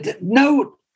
No